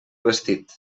vestit